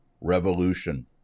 revolution